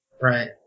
Right